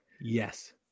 yes